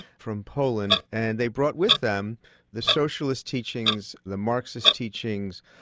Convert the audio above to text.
from poland, and they brought with them the socialist teachings, the marxist teachings.